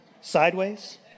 Sideways